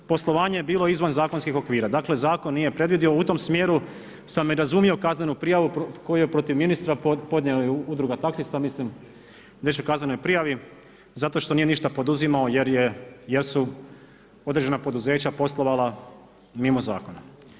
Poslovanje je bilo izvan zakonskih okvira, dakle zakon nije predvidio u tom smjeru sam i razumio kaznenu prijavu koju je protiv ministra podnijela udruga taksista, mislim riječ je o kaznenoj prijavi, zato što nije ništa poduzimao jer su određena poduzeća poslovala mimo zakona.